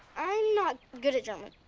i'm not good at german.